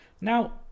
Now